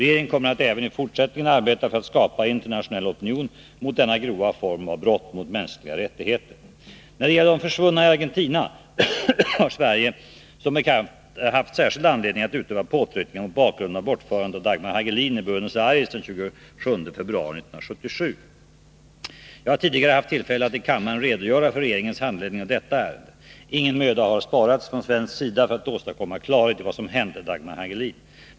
Regeringen kommer att även i fortsättningen arbeta för att skapa internationell opinion emot denna grova form av brott mot mänskliga rättigheter. När det gäller ”de försvunna” i Argentina har Sverige som bekant haft särskild anledning att utöva påtryckningar mot bakgrund av bortförandet av Dagmar Hagelin i Buenos Aires den 27 februari 1977. Jag har tidigare haft tillfälle att i kammaren redogöra för regeringens handläggning av detta ärende. Ingen möda har sparats från svensk sida för att åstadkomma klarhet i vad som hänt Dagmar Hagelin.